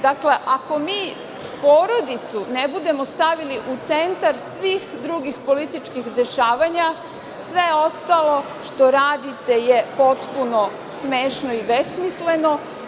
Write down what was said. Dakle, ako mi porodicu ne budemo stavili u centar svih drugih političkih dešavanja, sve ostalo što radite je potpuno smešno i besmisleno.